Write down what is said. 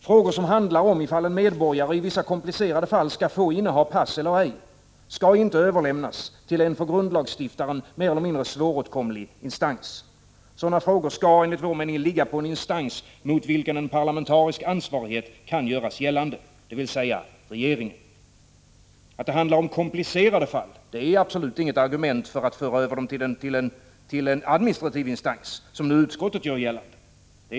Frågor som handlar om ifall en medborgare i vissa komplicerade fall skall få inneha pass eller ej, skall inte överlämnas till en för grundlagsstiftaren mer eller mindre svåråtkomlig instans. Sådana frågor skall enligt vår mening ligga på en instans mot vilken en parlamentarisk ansvarighet kan göras gällande, dvs. regeringen. Att det handlar om komplicerade fall är absolut inget argument för att föra över dessa ärenden till en administrativ instans, som utskottet gör gällande.